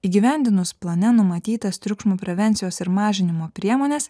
įgyvendinus plane numatytas triukšmo prevencijos ir mažinimo priemones